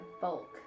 bulk